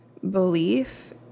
Belief